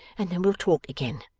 and then we'll talk again.